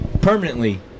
permanently